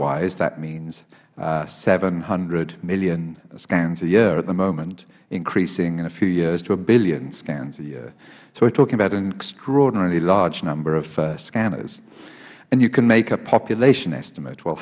wise that means seven hundred million scans a year at the moment increasing in a few years to a billion scans a year so we are talking about an extraordinarily large number of scanners and you can make a population estimate wel